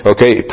Okay